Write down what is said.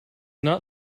not